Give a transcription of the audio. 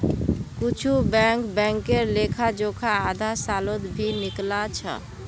कुछु बैंक बैंकेर लेखा जोखा आधा सालत भी निकला छ